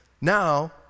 now